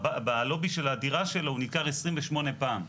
בלובי של הדירה שלו הוא נדקר 28 פעם.